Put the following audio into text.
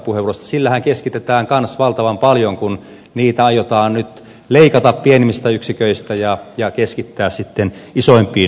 sillähän keskitetään kanssa valtavan paljon kun niitä aiotaan nyt leikata pienemmistä yksiköistä ja keskittää sitten isoimpiin yksikköihin